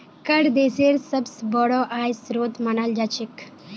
कर देशेर सबस बोरो आय स्रोत मानाल जा छेक